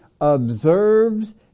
observes